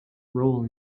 role